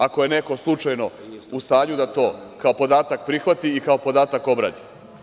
Ako je neko slučajno u stanju da to kao podatak prihvati i kao podatak obradi.